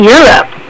Europe